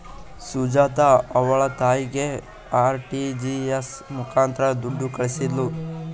ಸುಜಾತ ಅವ್ಳ ತಾಯಿಗೆ ಆರ್.ಟಿ.ಜಿ.ಎಸ್ ಮುಖಾಂತರ ದುಡ್ಡು ಕಳಿಸಿದ್ಲು